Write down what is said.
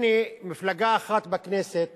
הנה, מפלגה אחת בכנסת